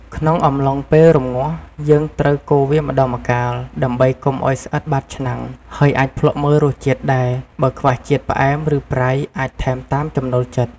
ក្នុងអំឡុងពេលរម្ងាស់ យើងត្រូវកូរវាម្ដងម្កាល ដើម្បីកុំឱ្យស្អិតបាតឆ្នាំង ហើយអាចភ្លក្សមើលរសជាតិដែរ បើខ្វះជាតិផ្អែម ឬប្រៃ អាចថែមតាមចំណូលចិត្ត។